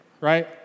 right